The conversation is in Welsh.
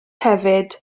hefyd